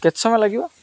କେତେ ସମୟ ଲାଗିବ